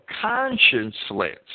conscienceless